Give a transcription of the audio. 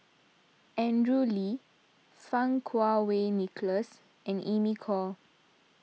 Andrew Lee Fang Kuo Wei Nicholas and Amy Khor